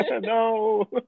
No